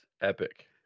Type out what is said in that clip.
epic